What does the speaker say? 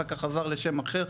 אחר כך עבר לשם אחר,